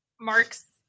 Mark's